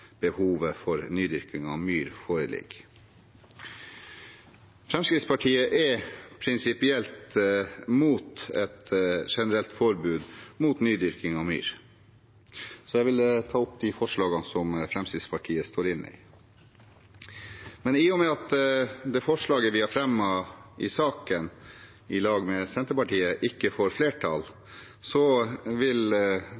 behovet for nydyrking av myr foreligger. Fremskrittspartiet er prinsipielt mot et generelt forbud mot nydyrking av myr. Jeg vil ta opp det forslaget Fremskrittspartiet står inne i. Men i og med at det forslaget vi i lag med Senterpartiet har fremmet i saken, ikke får flertall,